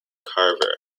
carver